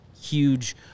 huge